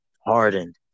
hardened